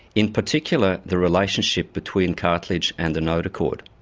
in particular the relationship between cartilage and the notochord.